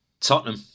Tottenham